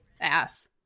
ass